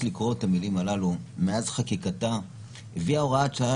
לקרוא את המילים הללו: "מאז חקיקתה הביאה הוראת השעה